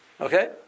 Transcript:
Okay